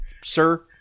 sir